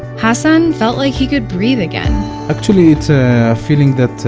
hassan felt like he could breathe again actually it's a feeling that